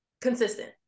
consistent